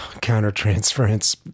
counter-transference